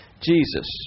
Jesus